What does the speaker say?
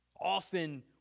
Often